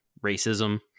racism